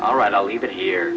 all right i'll leave it here